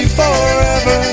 forever